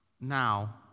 now